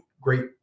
great